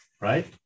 Right